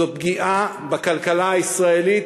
זאת פגיעה בכלכלה הישראלית,